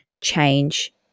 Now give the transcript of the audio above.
change